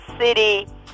city